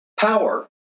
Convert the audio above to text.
power